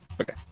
Okay